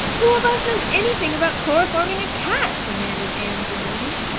who of us knows anything about chloroforming a cat? demanded anne gloomily.